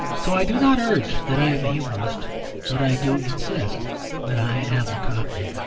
so i do not urge that i am a humourist but i do insist that i am a cockney.